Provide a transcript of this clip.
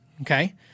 okay